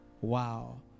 Wow